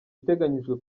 iteganyijwe